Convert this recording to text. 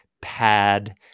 pad